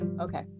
Okay